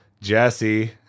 Jesse